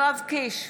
יואב קיש,